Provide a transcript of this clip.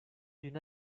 d’une